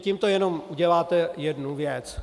Tímto jenom uděláte jednu věc.